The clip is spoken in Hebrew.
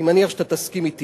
אני מניח שאתה תסכים אתי.